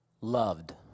loved